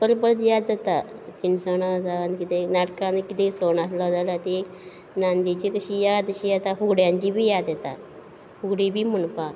परत परत याद जाता तिनसणां जावं आन कितें नाटकान कितें सण आल्हो जाल्या ती नांदीची कशी याद अशी येता फुगड्यांची बी याद येता फुगडी बी म्हणपाक